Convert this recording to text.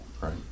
right